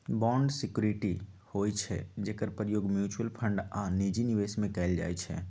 bond security होइ छइ जेकर प्रयोग म्यूच्यूअल फंड आऽ निजी निवेश में कएल जाइ छइ